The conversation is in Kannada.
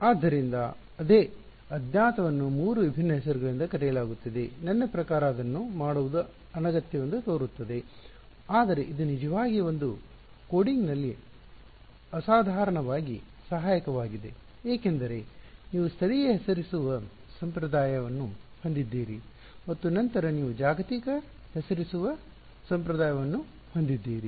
ಆದ್ದರಿಂದ ಅದೇ ಗೊತ್ತಿಲ್ಲದ್ದನ್ನು ಅಜ್ಞಾತವನ್ನು ಮೂರು ವಿಭಿನ್ನ ಹೆಸರುಗಳಿಂದ ಕರೆಯಲಾಗುತ್ತಿದೆ ನನ್ನ ಪ್ರಕಾರ ಅದನ್ನು ಮಾಡುವುದು ಅನಗತ್ಯವೆಂದು ತೋರುತ್ತದೆ ಆದರೆ ಇದು ನಿಜವಾಗಿ ಒಂದು ಕೋಡಿಂಗ್ನಲ್ಲಿ ಅಸಾಧಾರಣವಾಗಿ ಸಹಾಯಕವಾಗಿದೆ ಏಕೆಂದರೆ ನೀವು ಸ್ಥಳೀಯ ಹೆಸರಿಸುವ ಸಂಪ್ರದಾಯ ರೂಢಿ ಯನ್ನು ಹೊಂದಿದ್ದೀರಿ ಮತ್ತು ನಂತರ ನೀವು ಜಾಗತಿಕ ಹೆಸರಿಸುವ ಸಂಪ್ರದಾಯ ರೂಢಿ ಮ್ಯಾಪಿಂಗ್ ಹೊಂದಿದ್ದೀರಿ